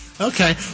Okay